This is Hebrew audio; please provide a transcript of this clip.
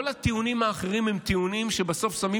כל הטיעונים האחרים הם טיעונים שבסוף שמים